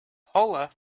paula